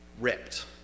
ripped